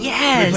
Yes